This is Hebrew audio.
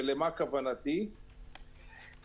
למה הכוונה כרגע,